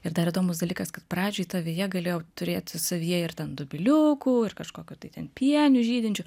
ir dar įdomus dalykas kad pradžioj ta veja galėjo turėti savyje ir ten dobiliukų ir kažkokių tai ten pienių žydinčių